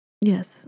yes